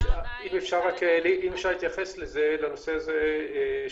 אם אפשר להתייחס לנושא הזה שוב,